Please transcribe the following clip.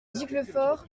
giclefort